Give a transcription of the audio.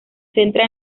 centra